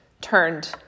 turned